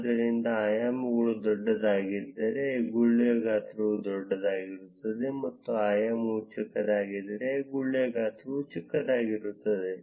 ಆದ್ದರಿಂದ ಆಯಾಮವು ದೊಡ್ಡದಾಗಿದ್ದರೆ ಗುಳ್ಳೆಯ ಗಾತ್ರವು ದೊಡ್ಡದಾಗಿರುತ್ತದೆ ಮತ್ತು ಆಯಾಮವು ಚಿಕ್ಕದಾಗಿದ್ದರೆ ಗುಳ್ಳೆಯ ಗಾತ್ರವು ಚಿಕ್ಕದಾಗಿರುತ್ತದೆ